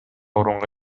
орунга